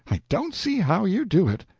i don't see how you do it.